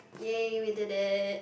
!yay! we did it